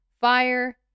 fire